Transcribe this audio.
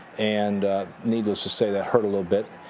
and needless to say, that hurt a little bit.